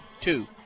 two